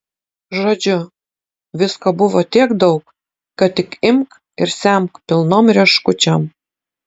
žodžiu visko buvo tiek daug kad tik imk ir semk pilnom rieškučiom